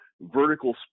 vertical